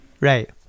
Right